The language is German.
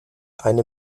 eine